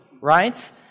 right